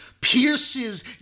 pierces